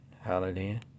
Hallelujah